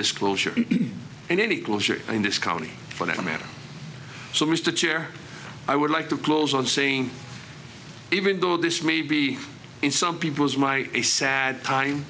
this closure and any closure in this county for that matter so much to cheer i would like to close on saying even though this may be in some peoples my a sad time